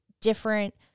different